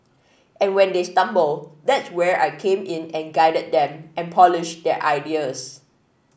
and when they stumble that's where I came in and guided them and polished their ideas